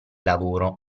lavoro